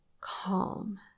Calm